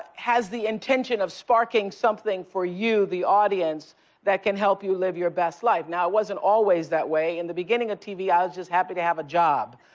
has the intention of sparking something for you, the audience that can help you live your best life. now it wasn't always that way. in the beginning of tv, i was just happy to have a job.